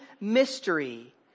mystery